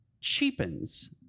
cheapens